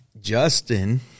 Justin